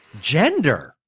gender –